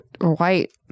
white